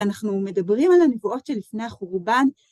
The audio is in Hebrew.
אנחנו מדברים על הנבואות שלפני החורבן.